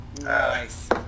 Nice